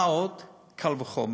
מה עוד, קל וחומר